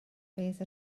fydd